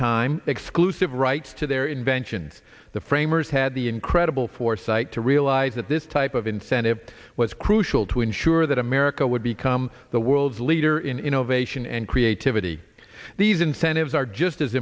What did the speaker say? time exclusive rights to their inventions the framers had the incredible foresight to realize that this type of incentive was crucial to ensure that america would become the world's leader in innovation and creativity these incentives are just as